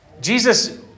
Jesus